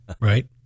Right